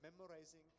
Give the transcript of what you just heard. memorizing